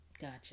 Gotcha